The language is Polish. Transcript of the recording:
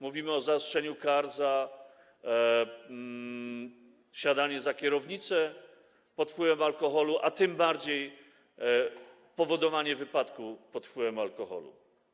Mówimy o zaostrzeniu kar za wsiadanie za kierownicę pod wpływem alkoholu, a tym bardziej za powodowanie wypadku pod wpływem alkoholu.